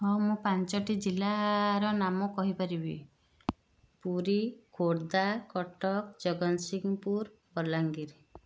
ହଁ ମୁଁ ପାଞ୍ଚଟି ଜିଲ୍ଲାର ନାମ କହି ପାରିବି ପୁରୀ ଖୋର୍ଦ୍ଧା କଟକ ଜଗତସିଂହପୁର ବଲାଙ୍ଗୀର